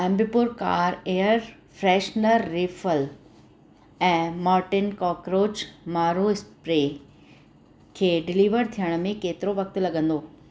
Ambi Pur car air freshener refill ऐं Mortein cockroach मारो spray खे डिलीवर थियण में केतिरो वक़्तु लॻंदो